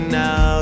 now